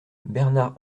bernard